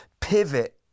pivot